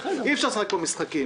אי אפשר לשחק פה משחקים.